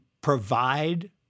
provide